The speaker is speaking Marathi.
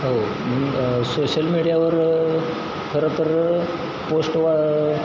हो सोशल मीडियावर खरंतर पोस्ट वा